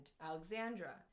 Alexandra